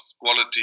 quality